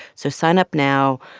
so sign up now.